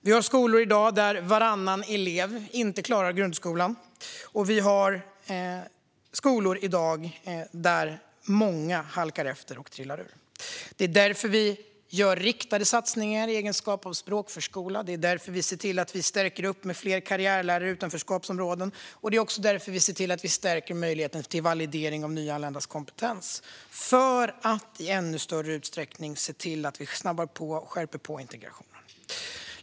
Vi har skolor i dag där varannan elev inte klarar grundskolan och där många halkar efter och trillar ur. Det är därför vi gör riktade satsningar i form av språkförskola, och det är därför vi stärker upp med fler karriärlärare i utanförskapsområden. Vi stärker också möjligheten till validering av nyanländas kompetens för att i ännu större utsträckning snabba på och skärpa integrationen.